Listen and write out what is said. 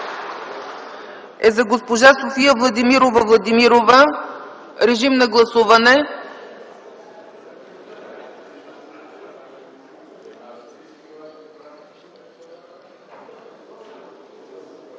е за госпожа София Владимирова Владимирова. Режим на гласуване.